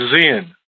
Zen